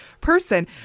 person